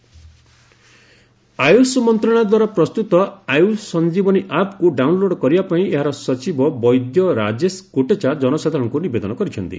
Ayush ministry Ayush ମନ୍ତ୍ରଣାଳୟ ଦ୍ୱାରା ପ୍ରସ୍ତୁତ 'ଆୟୁଷ ସଂଜୀବନୀ ଆପ୍'କୁ ଡାଉନ୍ଲୋଡ କରିବା ପାଇଁ ଏହାର ସଚିବ ବୈଦ୍ୟ ରାଜେଶ କୋଟେଚା ଜନସାଧାରଣଙ୍କୁ ନିବେଦନ କରିଛନ୍ତି